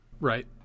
Right